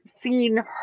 seen